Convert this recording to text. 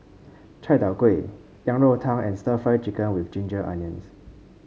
Chai Tow Kuay Yang Rou Tang and stir Fry Chicken with Ginger Onions